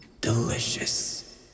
Delicious